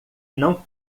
não